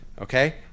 Okay